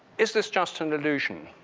is this just an illusion?